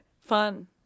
Fun